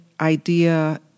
idea